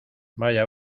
vaya